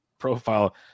profile